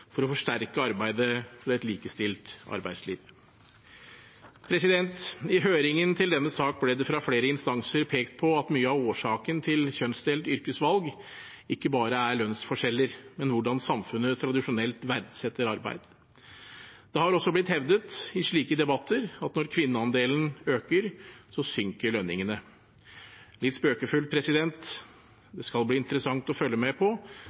for å forsterke arbeidet for et likestilt arbeidsliv. I høringen til denne sak ble det fra flere instanser pekt på at mye av årsaken til kjønnsdelt yrkesvalg ikke bare er lønnsforskjeller, men hvordan samfunnet tradisjonelt verdsetter arbeid. Det har også blitt hevdet i slike debatter at når kvinneandelen øker, så synker lønningene. For å si det litt spøkefullt: